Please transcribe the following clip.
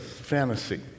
fantasy